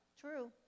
True